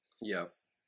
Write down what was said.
Yes